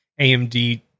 amd